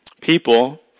People